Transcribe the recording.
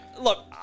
look